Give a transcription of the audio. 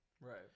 Right